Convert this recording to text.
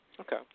Okay